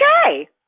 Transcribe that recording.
okay